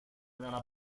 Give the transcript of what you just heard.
dalla